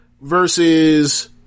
versus